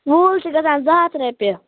ووٗل چھُ گژھان زٕ ہَتھ رۄپیہِ